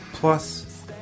Plus